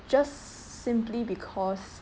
just simply because